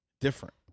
different